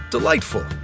Delightful